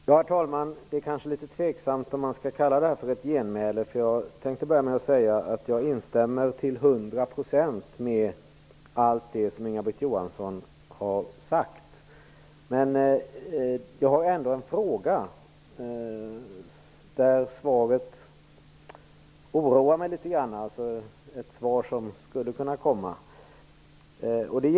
Herr talman! Det är kanske litet tveksamt om man skall kalla det här för en replik, eftersom jag tänkte börja med säga att jag instämmer till hundra procent i allt det som Inga-Britt Johansson har sagt. Jag har ändock en fråga, och det förmodade svaret oroar mig litet.